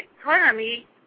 economy